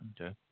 Okay